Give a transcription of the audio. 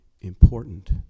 important